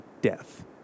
death